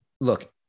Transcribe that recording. look